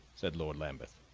said lord lambeth,